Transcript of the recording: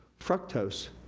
fructose